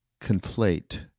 conflate